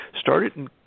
started